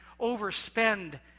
overspend